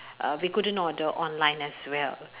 uh we couldn't order online as well